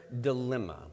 dilemma